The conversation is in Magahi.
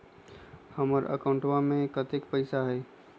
हमार अकाउंटवा में कतेइक पैसा हई?